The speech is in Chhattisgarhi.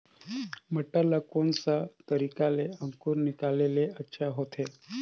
मटर ला कोन सा तरीका ले अंकुर निकाले ले अच्छा होथे?